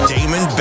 Damon